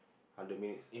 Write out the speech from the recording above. hundred minutes